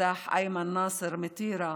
נרצח אימן נאסר מטירה,